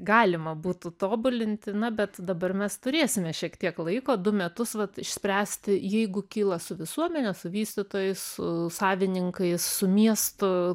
galima būtų tobulinti na bet dabar mes turėsime šiek tiek laiko du metus vat išspręsti jeigu kyla su visuomene su vystytojais su savininkais su miestu